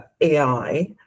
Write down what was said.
AI